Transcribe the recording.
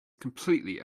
completely